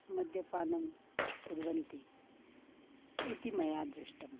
मद्यपानं कुर्वन्ति इति मया दृष्टम्